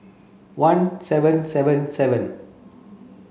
one seven seven seven